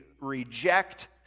reject